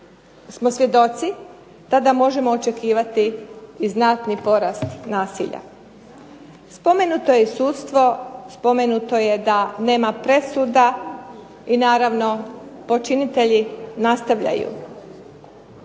smo svjedoci tada možemo očekivati i znatni porast nasilja. Spomenuto je i sudstvo, spomenuto je da nema presuda i naravno počinitelji nastavljaju.